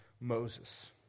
Moses